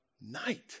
night